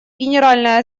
генеральная